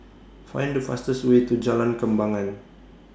Find The fastest Way to Jalan Kembangan